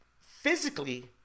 physically